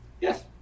Yes